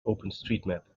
openstreetmap